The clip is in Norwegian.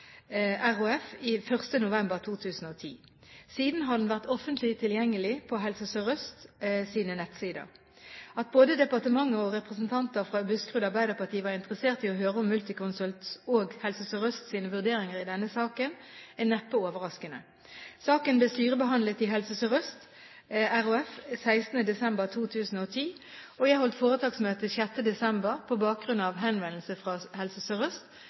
november 2010. Siden har den vært offentlig tilgjengelig på Helse Sør-Østs nettsider. At både departementet og representanter fra Buskerud Arbeiderparti var interessert i å høre om Mulitconsults og Helse Sør-Østs vurderinger i denne saken, er neppe overraskende. Saken ble styrebehandlet i Helse Sør-Øst 16. desember 2010, og jeg holdt foretaksmøte 6. januar på bakgrunn av henvendelse fra Helse